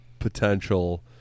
potential